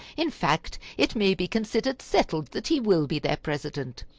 in fact, it may be considered settled that he will be their president.